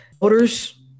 voters